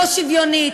לא שוויונית,